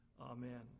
Amen